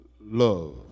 love